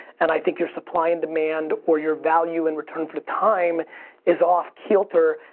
and i think your supply and demand or your value and return for the time is off kilter.